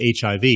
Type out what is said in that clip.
HIV